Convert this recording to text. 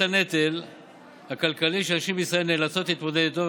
הנטל הכלכלי שנשים בישראל נאלצות להתמודד איתו,